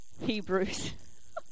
Hebrews